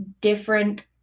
different